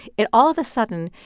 it all of a sudden,